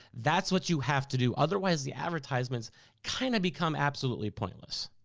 that's what you have to do. otherwise, the advertisements kinda become absolutely pointless.